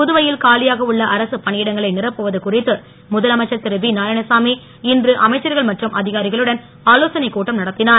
புதுவையில் காலியாக உள்ள அரசுப் பணியிடங்களை நிரப்புவது குறித்து முதலமைச்சர் திரு வி நாராயணசாமி இன்று அமைச்சர்கன் மற்றும் அதிகாரிகளுடன் ஆலோசனை கூட்டம் நடத்தினார்